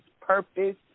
Purpose